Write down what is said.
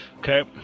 Okay